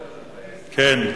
כן,